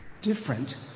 different